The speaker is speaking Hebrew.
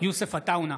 יוסף עטאונה,